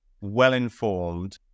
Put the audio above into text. well-informed